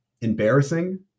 embarrassing